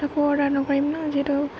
আকৌ অৰ্ডাৰ নকৰিম নহ্ যিহেতু